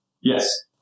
Yes